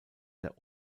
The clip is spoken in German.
der